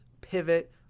pivot